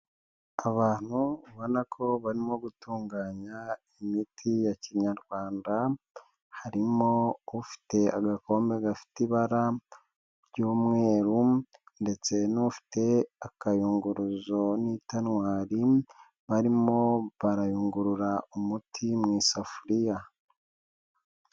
Abantu ubona ko barimo gutunganya imiti ya k'Inyarwanda harimo ufite agakombe gafite ibara ry'umweru ndetse n'ufite akayunguruzo n'itanwari, barimo barayungurura umuti mu isafuriya.